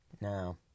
Now